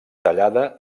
tallada